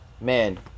man